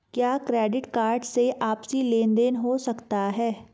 क्या credit card से आपसी लेनदेन हो सकता है?